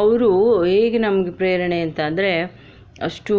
ಅವರು ಹೇಗ್ ನಮ್ಗೆ ಪ್ರೇರಣೆ ಅಂತ ಅಂದರೆ ಅಷ್ಟು